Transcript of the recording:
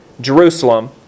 Jerusalem